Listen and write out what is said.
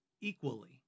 equally